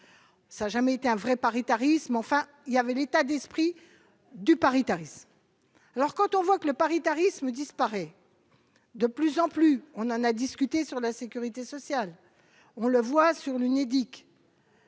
ça jamais été un vrai paritarisme, enfin, il y avait l'état d'esprit du paritarisme, alors quand on voit que le paritarisme disparaît de plus en plus, on en a discuté sur la sécurité sociale, on le voit sur l'Unédic.